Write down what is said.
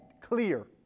clear